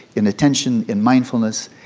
in attention, in mindfulness.